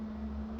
mm